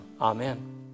Amen